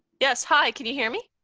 yes, hi, can you hear me?